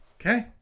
Okay